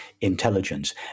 intelligence